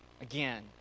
Again